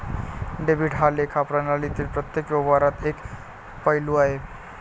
debit हा लेखा प्रणालीतील प्रत्येक व्यवहाराचा एक पैलू आहे